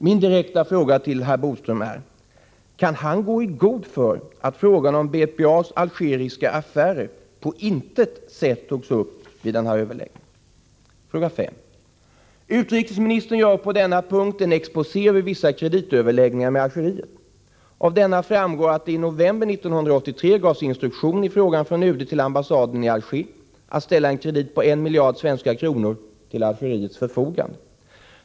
Min direkta fråga till herr Bodström är: Kan han gå i god för att frågan om BPA:s algeriska affärer på intet sätt togs upp vid denna överläggning? Fråga 5: Utrikesministern gör på denna punkt en exposé över vissa kreditöverläggningar med Algeriet. Av denna framgår att det i november 1983 gavs instruktion i frågan från UD till ambassaden i Alger att ställa en kredit på 1 miljard svenska kronor till Algeriets förfogande.